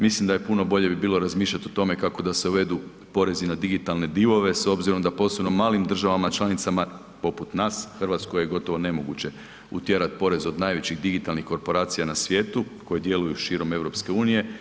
Mislim da je puno bolje bi bilo razmišljati o tome kako da se uvedu porezi na digitalne divove s obzirom da u posebno malim državama članicama poput nas, Hrvatskoj je gotovo nemoguće utjerati porez od najvećih digitalnih korporacija na svijetu koje djeluju širom EU.